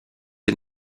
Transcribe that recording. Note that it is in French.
est